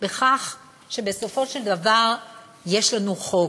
בכך שבסופו של דבר יש לנו חוק.